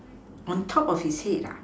on top of his head